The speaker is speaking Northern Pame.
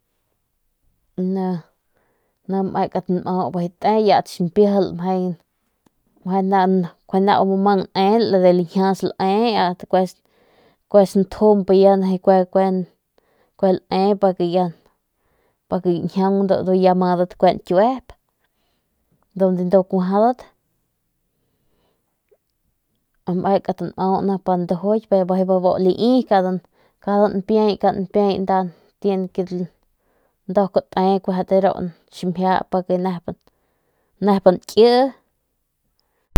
Ni mekat nmau bijiy ast ximpijil te si nau mang ne de lanjias lae ast kue santjump kue lae pa ke kue gañjiaung pa kue ma nkjuep ndu donde ndu kuajadat mekat nmau ni pa ndujuyet nduk ndu bijiy bu lai cada npiay cada npiay te te biu ximjia pa ke nep nki.